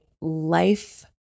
life